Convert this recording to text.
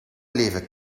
leven